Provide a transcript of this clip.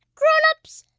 grown-ups,